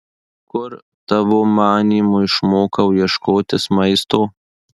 kur tavo manymu išmokau ieškotis maisto